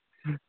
ಹ್ಞೂ